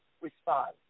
respond